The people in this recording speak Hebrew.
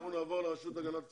אנחנו נעבור לרשות להגנת הצרכן.